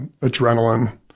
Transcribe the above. adrenaline